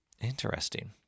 Interesting